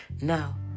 Now